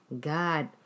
God